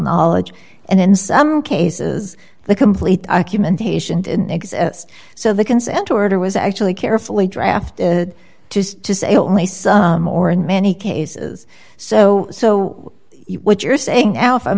knowledge and in some cases the complete documentation didn't exist so the consent order was actually carefully drafted just to say only some more in many cases so so what you're saying